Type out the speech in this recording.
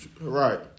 Right